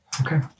Okay